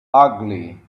ugly